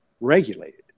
regulated